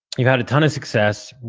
you've had a ton of success.